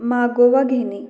मागोवा घेणे